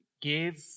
give